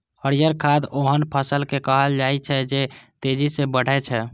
हरियर खाद ओहन फसल कें कहल जाइ छै, जे तेजी सं बढ़ै छै